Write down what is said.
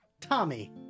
Tommy